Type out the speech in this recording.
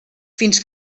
fins